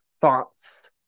thoughts